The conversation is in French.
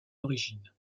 origine